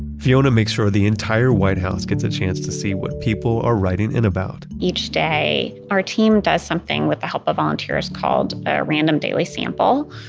fiona makes sure the entire white house gets a chance to see what people are writing in about each day, our team does something with the help of volunteers called a random daily sample.